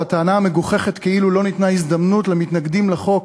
או הטענה המגוחכת כאילו לא ניתנה הזדמנות למתנגדים לחוק